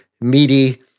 meaty